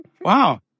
wow